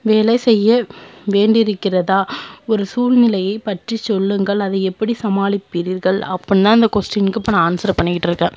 வேலை செய்ய வேண்டி இருக்கின்றதா ஒரு சூழ்நிலையை பற்றி சொல்லுங்கள் அதை எப்படி சமாளிப்பீர்கள் அப்புடினா அந்த கொஸ்டின்க்கு இப்போ நான் ஆன்சர் பண்ணிக்கிட்டுருக்கேன்